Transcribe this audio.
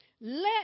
Let